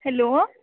hello